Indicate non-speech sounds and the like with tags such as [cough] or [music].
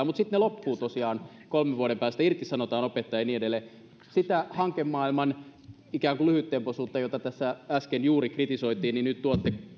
[unintelligible] mutta sitten ne loppuvat tosiaan kolmen vuoden päästä irtisanotaan opettajia ja niin edelleen sitä hankemaailman ikään kuin lyhyttempoisuutta jota tässä äsken juuri kritisoitiin nyt tuotte